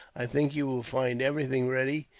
i think you will find everything ready.